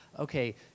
Okay